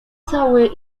cały